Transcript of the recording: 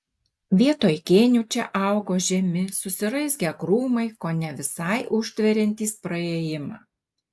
vietoj kėnių čia augo žemi susiraizgę krūmai kone visai užtveriantys praėjimą